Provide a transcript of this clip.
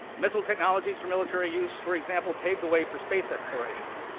missile technologies for military use for example pave the way for space exploration.